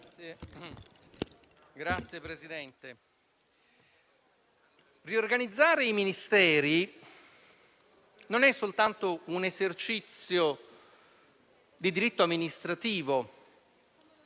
riorganizzare i Ministeri è non soltanto un esercizio di diritto amministrativo,